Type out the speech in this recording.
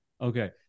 Okay